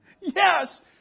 Yes